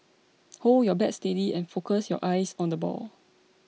hold your bat steady and focus your eyes on the ball